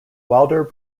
wilder